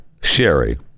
Sherry